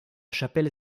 chapelle